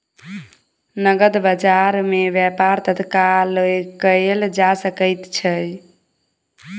नकद बजार में व्यापार तत्काल कएल जा सकैत अछि